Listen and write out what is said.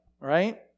right